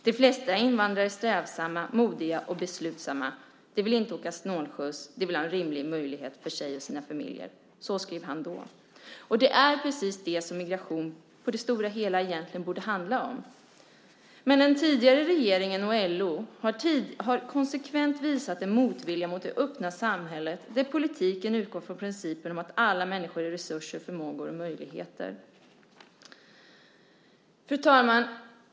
De flesta invandrare är strävsamma, modiga och beslutsamma. De vill inte åka snålskjuts. De vill ha en rimlig möjlighet för sig och sina familjer. Så skrev alltså Kofi Annan. Det är precis det som migration i det stora hela egentligen borde handla om. Men den tidigare regeringen och LO har konsekvent visat en motvilja mot det öppna samhället där politiken utgår från principen om att alla människor är resurser, förmågor och möjligheter. Fru talman!